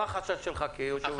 מה החשש שלך כיושב-ראש?